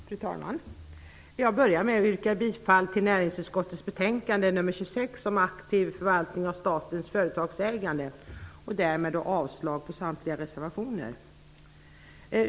Fru talman! Jag börjar med att yrka bifall till hemställan i näringsutskottets betänkande nr 26, Aktiv förvaltning av statens företagsägande, och därmed avslag på samtliga reservationer.